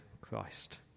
Christ